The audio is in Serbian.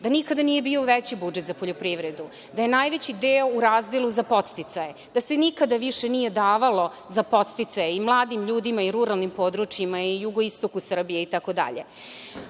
da nikada nije bio veći budžet za poljoprivredu, da je najveći deo u razdelu za podsticaje, da se nikada više nije davalo za podsticaje i mladim ljudima i ruralnim područjima i jugoistoku Srbije itd.Za